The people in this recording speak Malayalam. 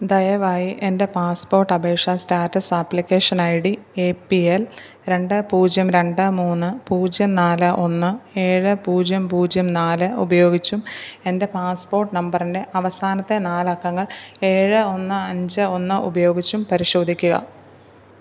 ദയവായി എൻ്റെ പാസ്പോട്ട് അപേഷ status application I D A P L രണ്ട് പൂജ്യം രണ്ട് മൂന്ന് പൂജ്യം നാല് ഒന്ന് ഏഴ് പൂജ്യം പൂജ്യം നാല് ഉപയോഗിച്ചും എൻ്റെ പാസ്പോട്ട് നമ്പറിൻ്റെ അവസാനത്തെ നാലക്കങ്ങൾ ഏഴ് ഒന്ന് അഞ്ച് ഒന്ന് ഉപയോഗിച്ചും പരിശോധിക്കുക